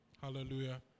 Hallelujah